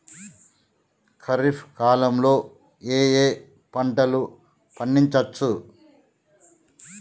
ఖరీఫ్ కాలంలో ఏ ఏ పంటలు పండించచ్చు?